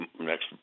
next